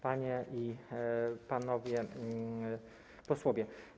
Panie i Panowie Posłowie!